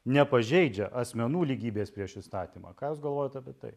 nepažeidžia asmenų lygybės prieš įstatymą ką jūs galvojat apie tai